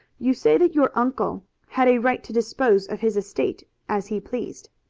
you say that your uncle had a right to dispose of his estate as he pleased.